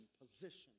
position